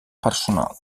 personal